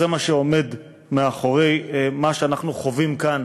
זה מה שעומד מאחורי מה שאנחנו חווים כאן